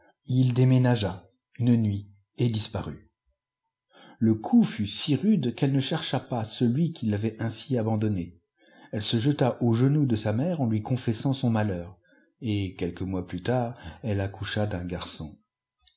il déménagea une nuit et disparut le coup fut si rude qu'elle ne chercha pas celui qui l'avait ainsi abandonnée elle se jeta aux genoux de sa mère en lui confessant son malheur et quelques mois plus tard elle accoucha d'un garçon